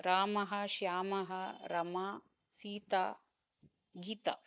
रामः श्यामः रमा सीता गीता